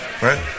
Right